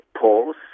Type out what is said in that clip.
polls